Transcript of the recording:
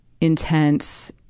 intense